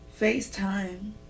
facetime